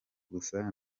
gusa